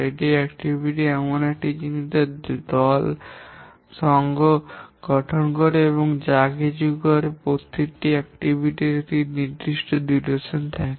একটি কার্যকলাপ এমন এক জিনিস যা দ্বারা দল গঠন করে বা কিছু কাজ করে এবং প্রতিটি কার্যকলাপ র একটি সময়কাল থাকে